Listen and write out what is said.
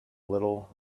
little